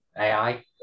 AI